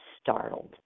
startled